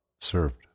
served